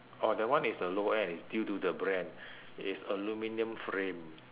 oh that one is a low end is due to the brand is aluminium frame